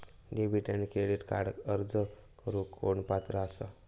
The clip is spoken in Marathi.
डेबिट आणि क्रेडिट कार्डक अर्ज करुक कोण पात्र आसा?